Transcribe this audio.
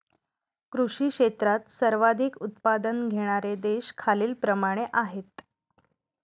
कृषी क्षेत्रात सर्वाधिक उत्पादन घेणारे देश खालीलप्रमाणे आहेत